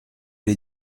les